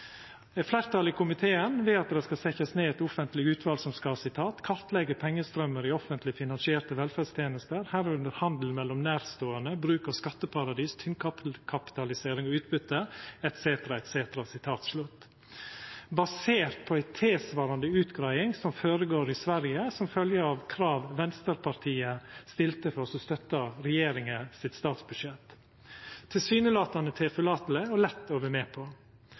Fleirtalet i komiteen vil at det skal setjast ned eit offentleg utval som skal «kartlegge pengestrømmer i offentlig finansierte velferdstjenester, herunder handel mellom nærstående, bruk av skatteparadis, tynnkapitalisering og utbytte», basert på ei tilsvarande utgreiing som går føre seg i Sverige, som følgje av krav Vänsterpartiet stilte for å støtta statsbudsjettet til regjeringa – tilsynelatande tilforlateleg og lett å vera med på.